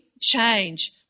change